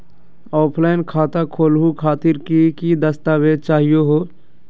Offline खाता खोलहु खातिर की की दस्तावेज चाहीयो हो?